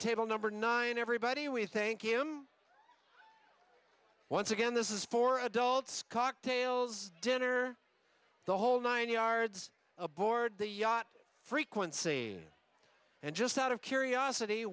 table number nine everybody we thank him once again this is for adults cocktails dinner the whole nine yards aboard the yacht frequency and just out of curiosity